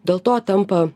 dėl to tampa